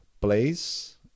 place